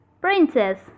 princess